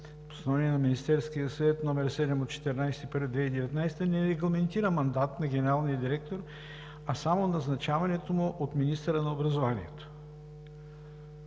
Постановление на Министерския съвет № 7 от 14 януари 2019 г., не регламентира мандат на генералния директор, а само назначаването му от министъра на образованието.